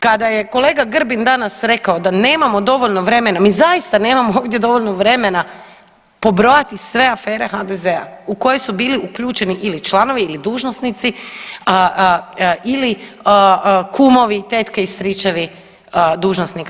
Kada je kolega Grbin danas rekao da nemamo dovoljno vremena, mi zaista nemamo ovdje dovoljno vremena pobrojati sve afere HDZ-a u koje su bili uključeni ili članovi ili dužnosnici ili kumovi, tetke i stričevi dužnosnika